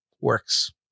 works